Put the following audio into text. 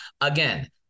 Again